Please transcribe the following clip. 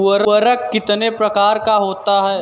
उर्वरक कितने प्रकार का होता है?